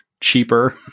cheaper